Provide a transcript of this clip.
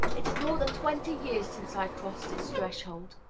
it is more than twenty years since i crossed its threshold.